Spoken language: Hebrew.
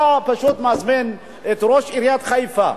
אתה פשוט מזמין את ראש עיריית חיפה,